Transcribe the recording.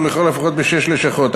ולכל הפחות בשש לשכות,